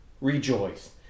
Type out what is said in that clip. Rejoice